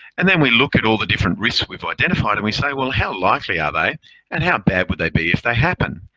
and then we look at all the different risks we've identified and we say, well, how likely are ah they and how bad would they be if they happen?